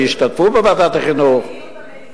שישתתפו בוועדת החינוך.